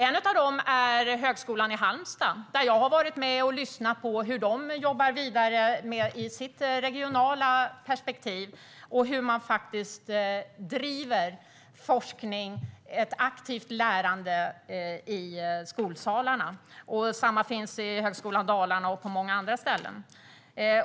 En av dem är Högskolan i Halmstad. Jag har varit där och lyssnat på hur de jobbar vidare i sitt regionala perspektiv och hur de driver forskning och ett aktivt lärande i skolsalarna. Detta finns även i Högskolan Dalarna och på många andra ställen.